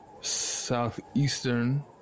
southeastern